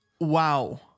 wow